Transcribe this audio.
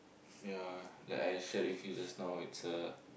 ya like I shared with you just now it's a